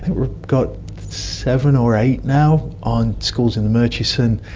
we've got seven or eight now on schools in the murchison,